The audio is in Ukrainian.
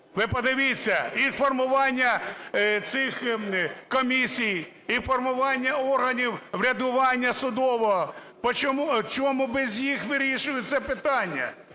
Ви подивіться, і формування цих комісій, і формування органів врядування судового. Чому без них вирішують це питання?